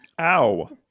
Ow